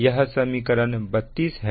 यह समीकरण 32 है